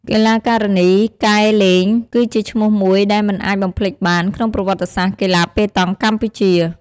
កីឡាការិនី កែ ឡេង គឺជាឈ្មោះមួយដែលមិនអាចបំភ្លេចបានក្នុងប្រវត្តិសាស្ត្រកីឡាប៉េតង់កម្ពុជា។